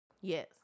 Yes